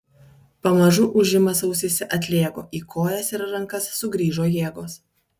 pamažu ūžimas ausyse atlėgo į kojas ir rankas sugrįžo jėgos